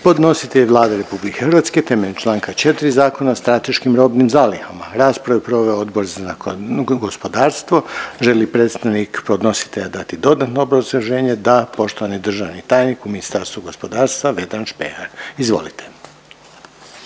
Podnositelj je Vlada RH temeljem Članka 4. Zakona o strateškim robnim zalihama. Raspravu je proveo Odbor za gospodarstvo. Želi li predstavnik podnositelja dati dodatno obrazloženje? Da, poštovani državni tajnik u Ministarstvu gospodarstva Vedran Špehar. Izvolite.